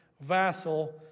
vassal